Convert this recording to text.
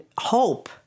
hope